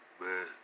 man